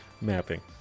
mapping